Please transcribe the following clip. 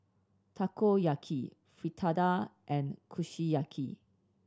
Takoyaki Fritada and Kushiyaki